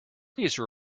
please